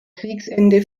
kriegsende